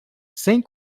sem